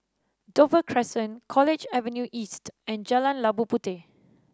Dover Crescent College Avenue East and Jalan Labu Puteh